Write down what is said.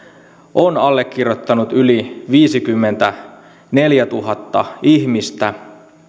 on allekirjoittanut yli viisikymmentäneljätuhatta ihmistä